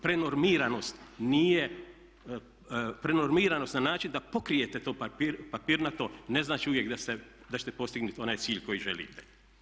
Prenormiranost nije, prenormiranost na način da pokrijete to papirnato ne znači uvijek da ćete postignuti onaj cilj koji želite.